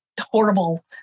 horrible